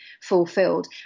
fulfilled